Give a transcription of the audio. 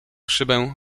szybę